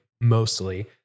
mostly